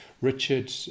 Richard